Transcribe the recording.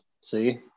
See